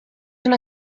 una